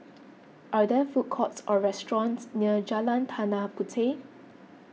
are there food courts or restaurants near Jalan Tanah Puteh